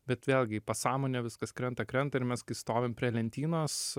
bet vėlgi į pasąmonę viskas krenta krenta ir mes kai stovim prie lentynos